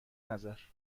نظر